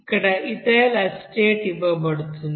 ఇక్కడ ethyl acetate ఇవ్వబడుతుంది